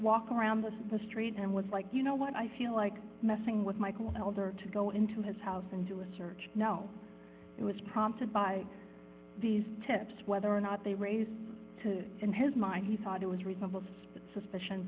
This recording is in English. walk around with the street and was like you know what i feel like messing with michael helder to go into his house and do a search now it was prompted by these tips whether or not they raised to in his mind he thought it was reasonable to suspect suspicion